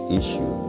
issue